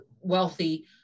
wealthy